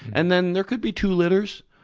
and then there could be two litters.